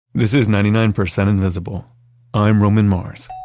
this is ninety nine percent invisible i'm roman mars